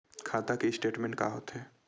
खाता के स्टेटमेंट का होथे?